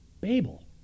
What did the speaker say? Babel